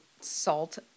salt